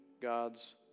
God's